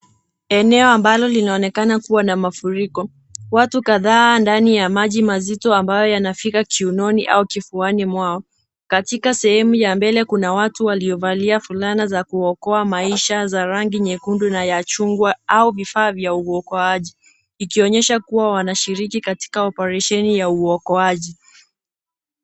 Eneo ambalo linaonekana kuwa na mafuriko. Watu kadhaa ndani ya maji mazito ambayo yanafika kiunoni au kifuani mwao. Katika sehemu ya mbele kuna watu waliovalia fulana za kuokoa maisha za rangi nyekundu na ya chungwa au vifaa vya uokoaji, ikionyesha kuwa wanashiriki katika operesheni ya uokoaji.